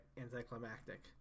anticlimactic